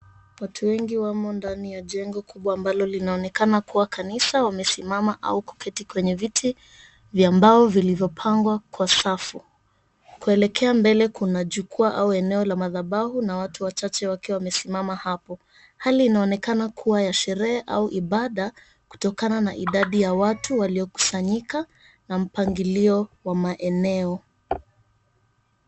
Watu wengi wamo ndani ya jengo kubwa ambalo linaonekana kuwa kanisa wamesimama au kuketi kwenye viti vya mbao vilivyopangwa kwa safu. Kuelekea mbele kuna jukwaa au eneo la madhabahu na watu wachache wakiwa wamesimama hapo hali inaonekana kuwa ya sherehe au ibada kutokana na idadi ya watu waliokusanyika na mpangilio wa maeneo